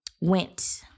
went